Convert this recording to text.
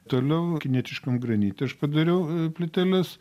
toliau kinietiškam granite aš padariau plyteles